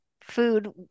food